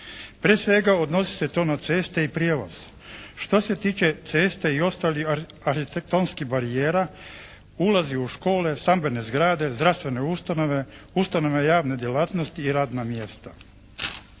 Prije svega odnosi se to na ceste i prijevoz. Što se tiče ceste i ostalih arhitektonskih barijera ulazi u škole, stambene zgrade, zdravstvene ustanove, ustanove javne djelatnosti i radna mjesta.